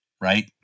right